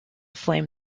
flame